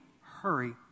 hurry